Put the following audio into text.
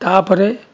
ତାପରେ